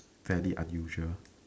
fairly unusual